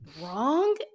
wrong